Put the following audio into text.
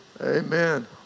Amen